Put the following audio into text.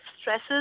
stresses